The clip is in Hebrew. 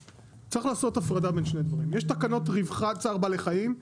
צריך לעשות הפרדה בין שני דברים: יש את תקנות רווחת צער בעלי החיים,